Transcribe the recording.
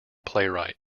playwright